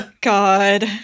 God